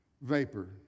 vapor